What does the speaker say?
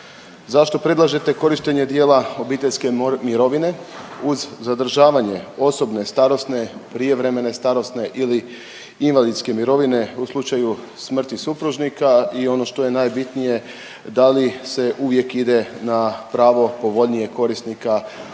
Zašto predlažete korištenje dijela obiteljske mirovine uz zadržavanje osobne, starosne, prijevremene starosne ili invalidske mirovine u slučaju smrti supružnika i ono što je najbitnije da li se uvijek ide na pravo povoljnijeg korisnika koji je